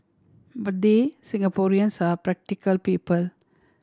but hey Singaporeans are practical people